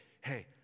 hey